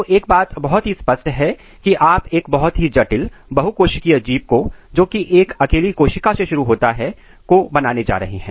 तो एक बात बहुत ही स्पष्ट है की आप एक बहुत ही जटिल बहुकोशिकीय जीव को जो कि एक अकेली कोशिका से शुरू होता है को बनाने जा रहे हैं